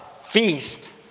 Feast